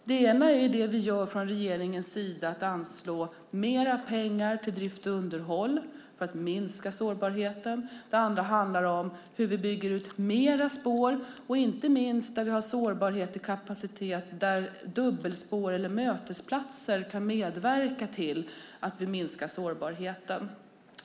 Det ena är det vi gör från regeringens sida, nämligen att anslå mer pengar till drift och underhåll för att minska sårbarheten. Det andra handlar om hur vi bygger ut mer spår, inte minst där vi har sårbarhet i kapacitet och där dubbelspår eller mötesplatser kan medverka till att vi minskar sårbarheten.